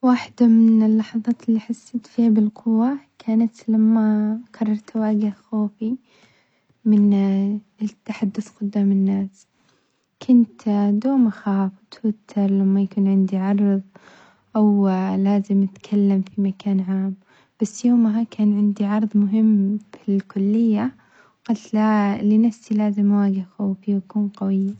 واحدة من اللحظات اللي حسيت فيها بالقوة كانت لما قررت أواجه خوفي من التحدث قدام الناس، كنت دوم أخاف وأتوتر لما يكون عندي عرض أو لازم أتكلم في مكان عام، بس يومها كان عندي عرض مهم في الكلية وقلت ل-لنفسي لازم أواجه خوفي وأكون قوية.